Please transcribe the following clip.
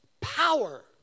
power